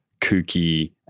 kooky